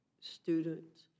students